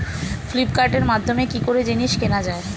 ফ্লিপকার্টের মাধ্যমে কি করে জিনিস কেনা যায়?